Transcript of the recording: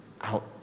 out